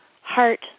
heart